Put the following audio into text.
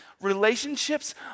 relationships